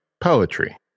poetry